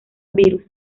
virus